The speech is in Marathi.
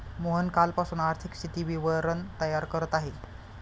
मोहन कालपासून आर्थिक स्थिती विवरण तयार करत आहे